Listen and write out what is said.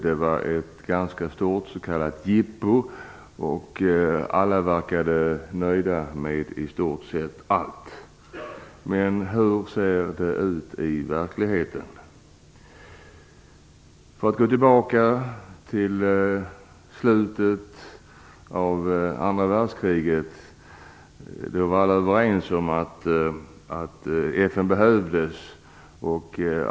Det var ett ganska stort jippo. Alla verkade nöjda med i stort sett allt. Men hur ser det ut i verkligheten? I slutet av andra världskriget var alla överens om att FN behövdes.